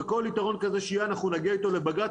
וכל יתרון כזה שיהיה - אנחנו נגיע איתו לבג"צ